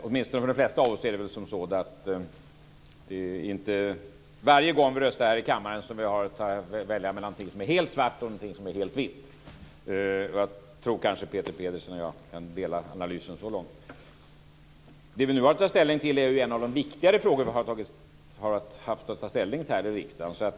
Åtminstone för de flesta av oss är det inte varje gång här i kammaren när vi röstar som vi har att välja mellan någonting som är helt svart och någonting som är helt vitt. Jag tror kanske Peter Pedersen och jag kan dela analysen så långt. Det vi nu har att ta ställning till är en av de viktigare frågor som vi har haft att ta ställning till här i riksdagen.